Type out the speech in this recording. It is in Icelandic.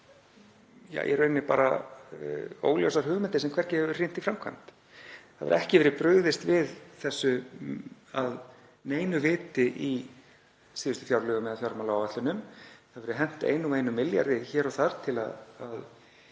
eru í rauninni bara óljósar hugmyndir sem hvergi hefur hrint í framkvæmd. Það hefur ekki verið brugðist við þessu af neinu viti í síðustu fjárlögum eða fjármálaáætlunum. Það hefur verið hent einn einum og einum milljarði hér og þar til að